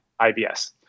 IBS